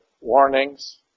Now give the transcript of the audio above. warnings